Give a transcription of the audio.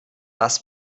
das